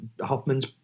Hoffman's